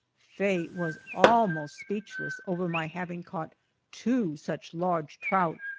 faye was almost speechless over my having caught two such large trout,